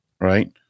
right